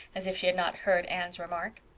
as if she had not heard anne's remark.